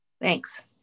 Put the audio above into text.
Thanks